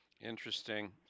Interesting